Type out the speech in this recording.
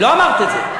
לא אמרת את זה.